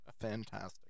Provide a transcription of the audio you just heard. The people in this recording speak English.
fantastic